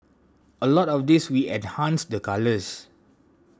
a lot of this we enhanced the colours